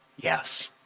Yes